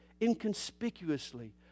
inconspicuously